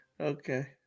Okay